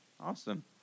Awesome